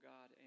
God